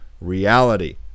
reality